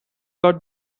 got